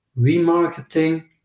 remarketing